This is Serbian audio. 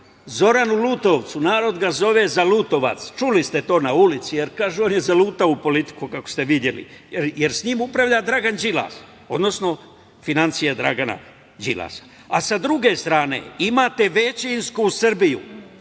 Zoranu Lutovcu, narod ga zove zalutovac, čuli ste to na ulici, jer, kažu, on je zalutao u politiku, kako ste videli, jer sa njim upravlja Dragan Đilas, odnosno finansije Dragana Đilasa. S druge strane imate većinsku Srbiju,